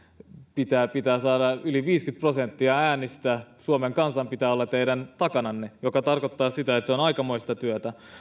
pitää pitää saada yli viisikymmentä prosenttia äänistä suomen kansan pitää olla teidän takananne mikä tarkoittaa sitä että se on aikamoista työtä